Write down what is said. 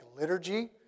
liturgy